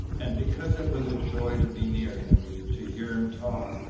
and because it was a joy to be near him, to hear him talk,